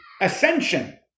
ascension